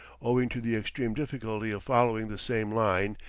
owing to the extreme difficulty of following the same line,